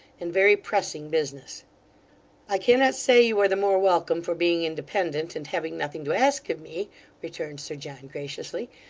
and very pressing business i cannot say you are the more welcome for being independent, and having nothing to ask of me returned sir john, graciously,